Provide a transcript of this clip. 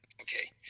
okay